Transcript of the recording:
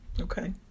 Okay